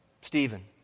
Stephen